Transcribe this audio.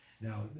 now